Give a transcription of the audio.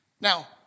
Now